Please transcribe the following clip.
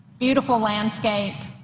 beautiful landscape.